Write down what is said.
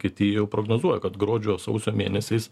kiti jau prognozuoja kad gruodžio sausio mėnesiais